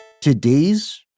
Today's